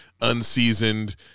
unseasoned